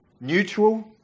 Neutral